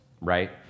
right